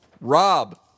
Rob